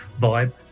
vibe